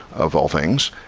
of all things,